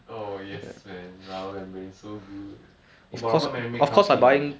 oh yes man rubber membrane so good eh but rubber membrane cannot clean [one] leh